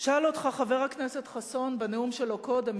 שאל אותך חבר הכנסת ישראל חסון בנאום שלו קודם,